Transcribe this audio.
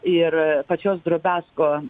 ir pačios drobesko